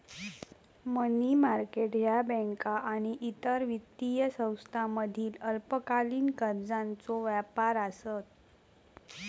मनी market ह्या बँका आणि इतर वित्तीय संस्थांमधील अल्पकालीन कर्जाचो व्यापार आसत